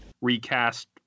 recast